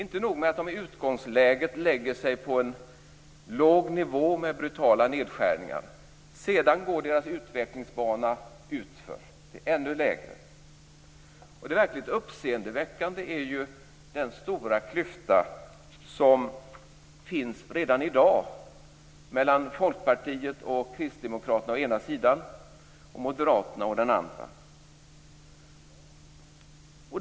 Inte nog med att de i utgångsläget lägger sig på en låg nivå med brutala nedskärningar, sedan går deras utvecklingsbana utför. Det verkligt uppseendeväckande är ju den stora klyfta som finns redan i dag mellan Folkpartiet och Kristdemokraterna å ena sidan och Moderaterna å den andra.